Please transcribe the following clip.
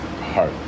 heart